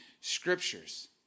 scriptures